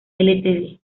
ltd